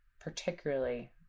particularly